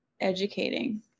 educating